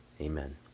Amen